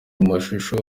mashusho